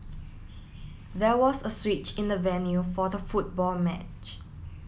there was a switch in the venue for the football match